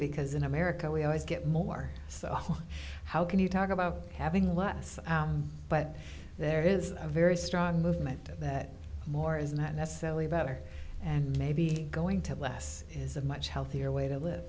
because in america we always get more so how can you talk about having less out but there is a very strong movement that more is not necessarily better and maybe going to less is a much healthier way to live